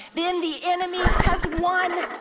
then the enemy has won.